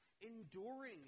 enduring